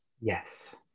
yes